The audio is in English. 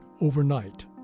overnight